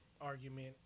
argument